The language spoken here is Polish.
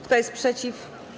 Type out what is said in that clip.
Kto jest przeciw?